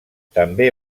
també